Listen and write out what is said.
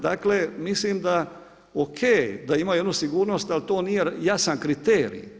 Dakle, mislim da ok da imaju onu sigurnost ali to nije jasan kriterij.